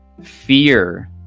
Fear